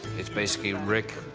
it's basically rick,